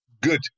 good